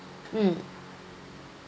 mm